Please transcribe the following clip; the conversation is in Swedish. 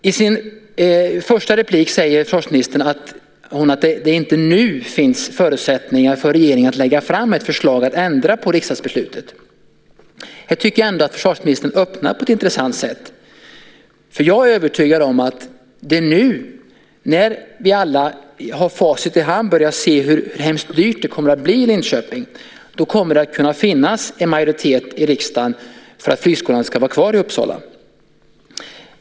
I sin första replik säger försvarsministern att det inte nu finns förutsättningar för regeringen att lägga fram ett förslag och att ändra på riksdagsbeslutet. Jag tycker ändå att försvarsministern öppnar för det på ett intressant sätt. Jag är övertygad om att det är nu när vi alla har facit i hand och börjar se hur hemskt dyrt det kommer att bli i Linköping som det kommer att finnas en majoritet i riksdagen för att flygskolan ska vara kvar i Uppsala.